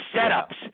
set-ups